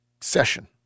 session